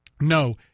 no